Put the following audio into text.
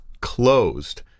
closed